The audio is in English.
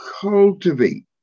cultivate